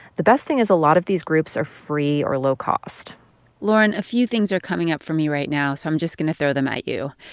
the best thing is a lot of these groups are free or low cost lauren, a few things are coming up for me right now, so i'm just going to throw them at you.